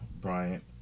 Bryant